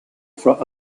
for